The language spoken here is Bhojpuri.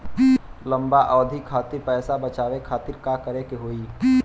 लंबा अवधि खातिर पैसा बचावे खातिर का करे के होयी?